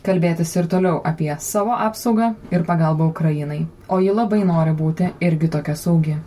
kalbėtis ir toliau apie savo apsaugą ir pagalbą ukrainai o ji labai nori būti irgi tokia saugi